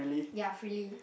ya frilly